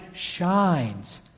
shines